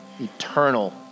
eternal